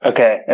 Okay